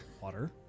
Water